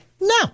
No